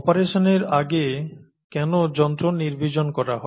অপারেশনের আগে কেন যন্ত্র নির্বীজন করা হয়